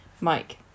Mike